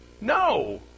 No